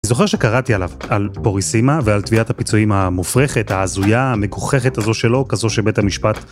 אני זוכר שקראתי על פוריסימה ועל תביעת הפיצויים המופרכת, ההזויה המגוחכת הזו שלו, כזו שבית המשפט...